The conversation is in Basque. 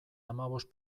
hamabost